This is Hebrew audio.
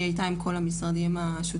היא הייתה עם כל המשרדים השותפים,